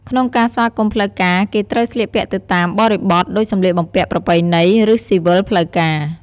ក្នុងការស្វាគមន៍ផ្លូវការគេត្រូវស្លៀកពាក់ទៅតាមបរិបទ ដូចសម្លៀកបំពាក់ប្រពៃណី ឬស៊ីវិលផ្លូវការ ។